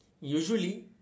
Usually